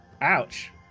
ouch